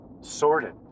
Sorted